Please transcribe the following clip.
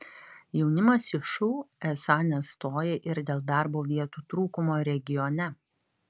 jaunimas į šu esą nestoja ir dėl darbo vietų trūkumo regione